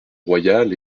royale